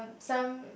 some